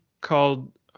called